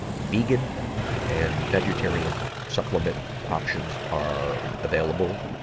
vegan and vegetarian supplement options are available,